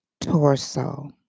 torso